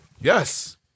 Yes